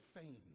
fame